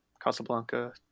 Casablanca